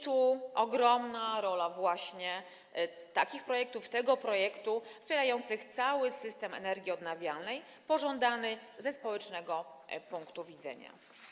Tu ogromna rola właśnie takich projektów, tego projektu, wspierających cały system energii odnawialnej, pożądany ze społecznego punktu widzenia.